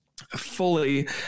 fully